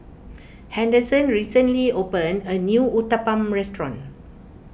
Henderson recently opened a new Uthapam restaurant